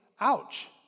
ouch